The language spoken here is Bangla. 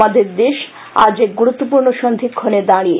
আমাদের দেশ আজ এক গুরুত্বপূর্ণ সন্ধিক্ষণে দাঁড়িয়ে